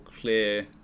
clear